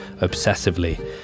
obsessively